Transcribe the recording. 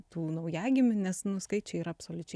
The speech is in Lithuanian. tų naujagimių nes nu skaičiai yra absoliučiai